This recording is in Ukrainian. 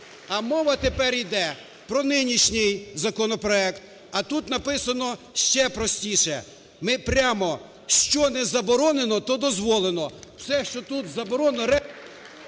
А мова тепер іде про нинішній законопроект, а тут написано ще простіше, ми прямо: що не заборонено, то дозволено.